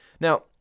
Now